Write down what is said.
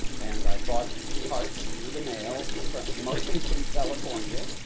and i bought parts through the mail from mostly from california.